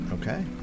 Okay